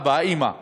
האבא והאימא,